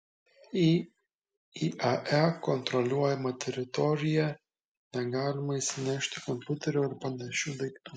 į iae kontroliuojamą teritoriją negalima įsinešti kompiuterių ir panašių daiktų